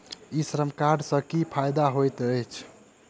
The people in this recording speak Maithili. ई श्रम कार्ड सँ की फायदा होइत अछि?